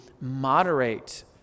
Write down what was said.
moderate